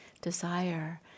desire